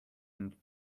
and